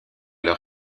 leur